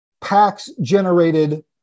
PAX-generated